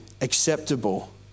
acceptable